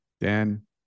Dan